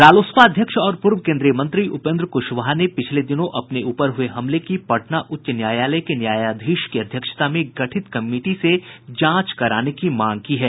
रालोसपा अध्यक्ष और पूर्व केन्द्रीय मंत्री उपेन्द्र कुशवाहा ने पिछले दिनों अपने ऊपर हुए हमले की पटना उच्च न्यायालय के न्यायाधीश की अध्यक्षता में गठित कमिटी से जांच कराने की मांग की है